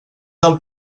del